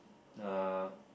ah